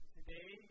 Today